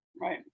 Right